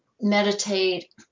Meditate